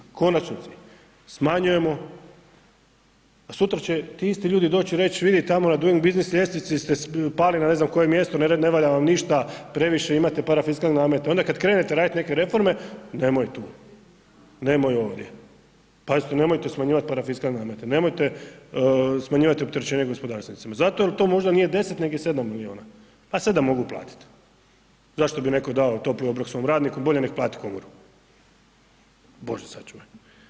U konačnici, smanjujemo, a sutra će ti isti ljudi doć i reć vidi tamo na Doing Business ljestvici ste pali na ne znam koje mjesto, ne valja vam ništa previše, imate parafiskalne namete, onda kad krenete radit neke reforme, nema ih tu, nema ih ovdje, pazite nemojte smanjivat parafiskalne namete, nemojte smanjivat opterećenje gospodarstvenicima zato jel to možda nije 10 neg je 7 milijuna, pa 7 mogu platit, zašto bi netko dao topli obrok svom radniku, bolje nek plati komoru, Bože sačuvaj.